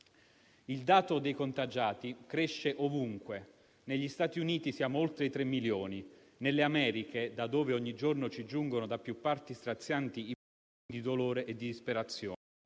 Il dato dei contagiati cresce ovunque: negli Stati Uniti siamo oltre i tre milioni e dalle Americhe ogni giorno ci giungono, da più parti, strazianti immagini di dolore e disperazione.